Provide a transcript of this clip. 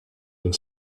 and